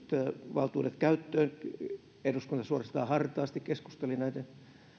valtuudet käyttöön eduskunta suorastaan hartaasti keskusteli näiden